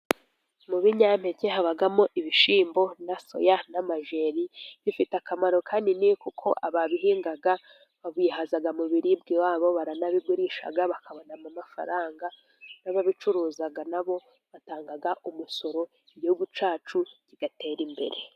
Mu binyampeke habamo ibishyimbo, na soya n'amajeri. Bifite akamaro kanini kuko ababihinga bihaza mu biribwa iwabo. Baranabigurisha bakabonamo amafaranga. N'ababicuruza na bo batanga umusoro, Igihugu cyacu kigatera imbere.